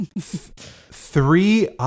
Three